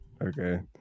okay